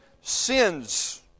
sins